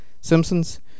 Simpsons